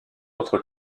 autres